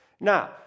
Now